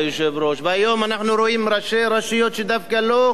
והיום אנחנו רואים ראשי רשויות דווקא לא מהליכוד,